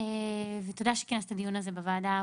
תודה שכינסת את הדיון הזה בוועדה,